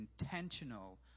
intentional